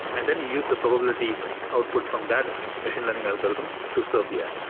and then you use the probability output from that machine learning algorithm to serve the app.